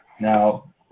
Now